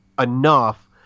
enough